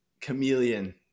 Chameleon